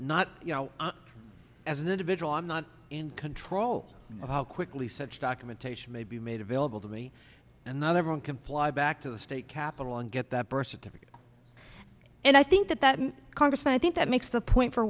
not you know as an individual i'm not in control of how quickly such documentation may be made available to me another one can fly back to the state capitol and get that birth certificate and i think that that congress i think that makes the point for